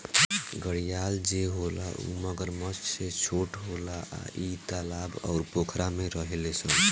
घड़ियाल जे होला उ मगरमच्छ से छोट होला आ इ तालाब अउर पोखरा में रहेले सन